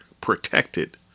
protected